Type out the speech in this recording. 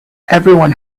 everyone